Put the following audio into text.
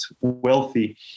wealthy